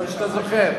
טוב שאתה זוכר.